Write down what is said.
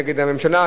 נגד הממשלה,